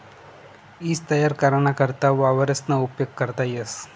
ईज तयार कराना करता वावरेसना उपेग करता येस